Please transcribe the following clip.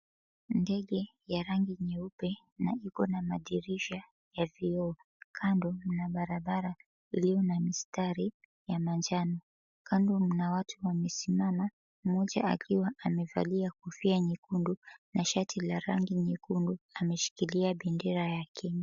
Ndege ya rangi nyeupe na iko na madirisha ya vioo. Kando mna barabara iliyo na mistari ya manjano. Kando mna watu wamesimama, mmoja akiwa amevalia kofia nyekundu na shati la rangi nyekundu, ameshikilia bendera ya Kenya.